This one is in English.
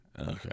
Okay